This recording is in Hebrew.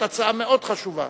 העניין יועבר לוועדת הכנסת